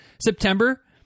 September